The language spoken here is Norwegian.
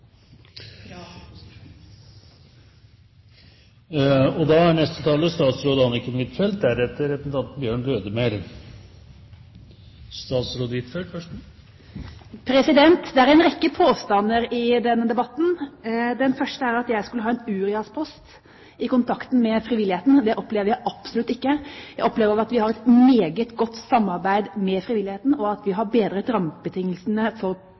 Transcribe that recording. denne debatten. Den første er at jeg skulle ha en uriaspost i kontakten med frivilligheten. Det opplever jeg absolutt ikke. Jeg opplever at vi har et meget godt samarbeid med frivilligheten, og at vi har bedret rammebetingelsene for